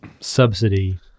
subsidy